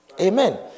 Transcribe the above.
Amen